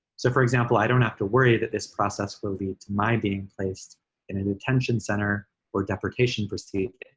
so for example, i don't have to worry that this process will lead to my being placed in a detention center or deprecation procedures.